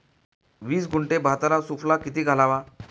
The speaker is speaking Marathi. वीस गुंठे भाताला सुफला किती घालावा?